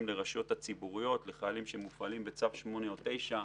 לרשויות הציבוריות לחיילים שמופעלים בצו 8 או 9 ,